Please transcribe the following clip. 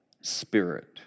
spirit